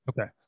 okay